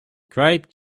grape